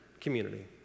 community